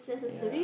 ya